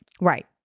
right